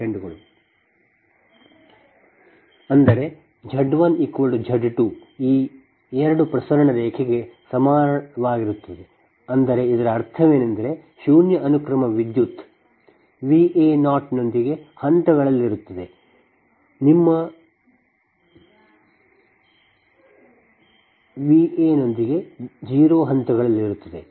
ಅಂದರೆ Z 1 Z 2 ಈ 2 ಪ್ರಸರಣ ರೇಖೆಗೆ ಸಮಾನವಾಗಿರುತ್ತದೆ ಆದರೆ ಇದರ ಅರ್ಥವೇನೆಂದರೆ ಶೂನ್ಯ ಅನುಕ್ರಮ ವಿದ್ಯುತ್ V a0 ನೊಂದಿಗೆ ಹಂತಗಳಲ್ಲಿರುತ್ತವೆ